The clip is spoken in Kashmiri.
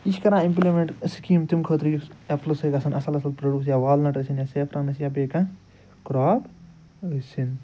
یہِ چھِ کَران اِمپِلمٮ۪نٛٹ سِکیٖم تَمہِ خٲطرٕ یُس ایپلہٕ سۭتۍ گَژھن اصٕل اَصٕل پرٛوڈیوس یا وال نٹ ٲسِن یا زیفران ٲسِن یا بیٚیہِ کانٛہہ کرٛاپ ٲسِن